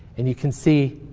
and you can see